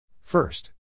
first